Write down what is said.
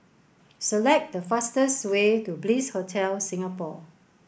select the fastest way to Bliss Hotel Singapore